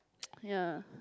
yeah